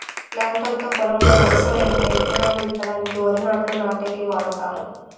planter తో పొలంలో వరసల ఎంట ఇత్తనాలు ఇత్తడానికి, వరి నాట్లు నాటేకి వాడతారు